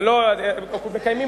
מקיימים